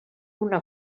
una